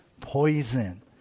poison